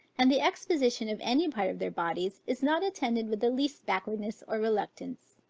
and the exposition of any part of their bodies, is not attended with the least backwardness or reluctance